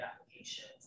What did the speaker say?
applications